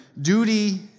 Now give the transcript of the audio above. Duty